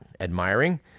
admiring